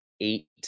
eight